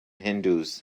hindus